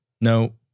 No